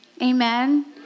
Amen